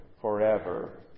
forever